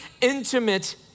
intimate